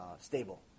stable